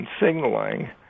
signaling